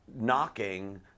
knocking